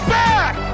back